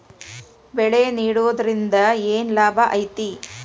ಬೆಳೆ ನೆಡುದ್ರಿಂದ ಏನ್ ಲಾಭ ಐತಿ?